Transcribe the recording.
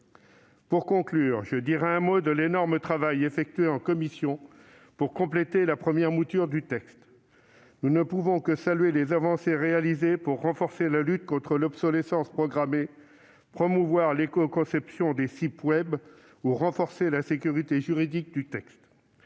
Pour conclure, je dirai un mot de l'énorme travail effectué en commission pour compléter la première mouture du texte. Nous ne pouvons que saluer les avancées réalisées pour renforcer la lutte contre l'obsolescence programmée, promouvoir l'écoconception des sites web ou renforcer la sécurité juridique du texte.